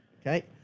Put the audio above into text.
Okay